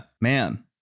man